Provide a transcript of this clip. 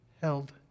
held